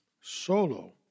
solo